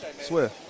Swear